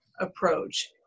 approach